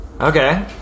Okay